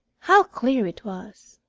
how clear it was!